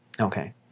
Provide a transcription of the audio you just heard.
okay